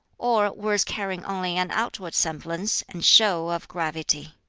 or words carrying only an outward semblance and show of gravity?